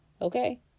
Okay